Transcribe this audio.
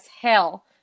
hell